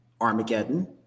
Armageddon